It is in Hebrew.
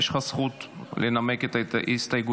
יש לך זכות לנמק את ההסתייגויות